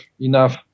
enough